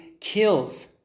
kills